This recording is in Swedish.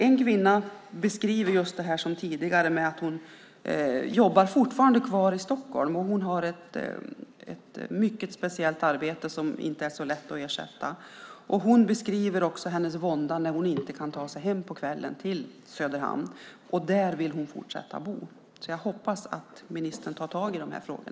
En kvinna berättade att hon jobbar i Stockholm. Hon har ett mycket speciellt arbete och kan inte byta så lätt. Hon beskrev sin vånda när hon inte kan ta sig hem på kvällen till Söderhamn där hon vill fortsätta bo. Jag hoppas därför att ministern tar tag i dessa frågor.